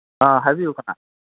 ꯑꯥ ꯍꯥꯏꯕꯤꯌꯨ ꯀꯅꯥ